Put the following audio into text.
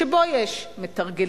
שבו יש מתרגלים,